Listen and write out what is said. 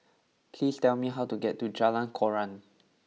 please tell me how to get to Jalan Koran